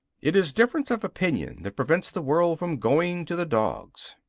it is difference of opinion that prevents the world from going to the dogs.